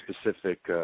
specific